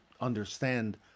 understand